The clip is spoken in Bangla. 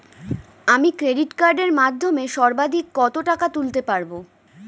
আমি ক্রেডিট কার্ডের মাধ্যমে সর্বাধিক কত টাকা তুলতে পারব?